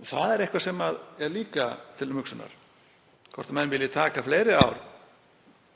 og það er eitthvað sem er líka til umhugsunar hvort menn vilja taka fleiri ár